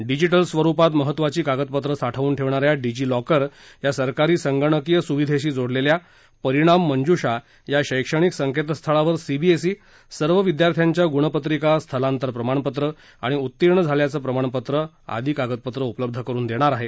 digital स्वरुपात महत्त्वाची कागदपत्रं साठवून ठेवणा या डिजी लॉकर या सरकारी संगणकीय सुविधेशी जोडलेल्या परिणाम मंजुषा या शक्तणिक संकेतस्थळावर सीबीएसई सर्व विद्यार्थ्यांच्या गुणपत्रिका स्थलांतर प्रमाणपत्र आणि उत्तीर्ण झाल्याचं प्रमाणपत्र त्यादी कागदपत्रं उपलब्ध करुन देणार आहे